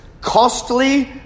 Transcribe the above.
costly